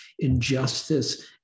injustice